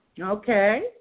Okay